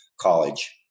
college